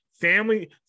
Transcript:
Family